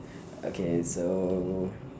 okay so